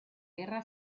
guerra